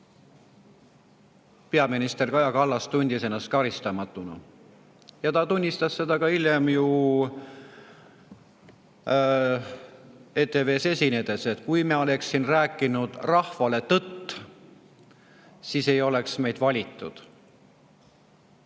peaminister Kaja Kallas tundis ennast karistamatuna, ja ta tunnistas seda ju ka hiljem ETV-s esinedes, et kui ta oleks rääkinud rahvale tõtt, siis ei oleks neid valitud.